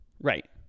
Right